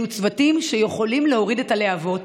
אלו צוותים שיכולים להוריד את הלהבות